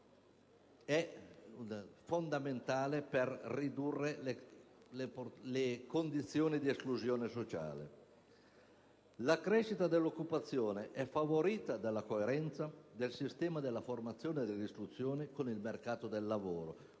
La crescita dell'occupazione è favorita dalla coerenza del sistema della formazione e dell'istruzione con il mercato del lavoro,